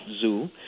zoo